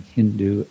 Hindu